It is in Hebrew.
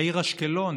לעיר אשקלון,